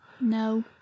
no